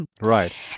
Right